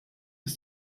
ist